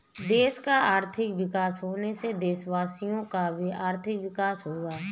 देश का आर्थिक विकास होने से देशवासियों का भी आर्थिक विकास होगा